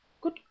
Good